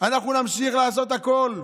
לעשות הכול.